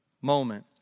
moment